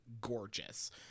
gorgeous